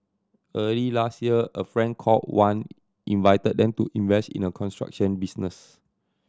early last year a friend called Wan invited them to invest in a construction business